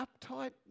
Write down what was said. uptight